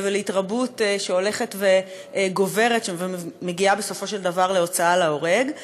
ולהתרבות שהולכת וגוברת ומגיעה בסופו של דבר להוצאה להורג.